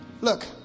Look